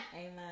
Amen